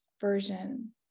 version